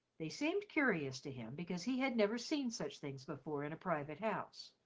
they seemed curious to him because he had never seen such things before in a private house.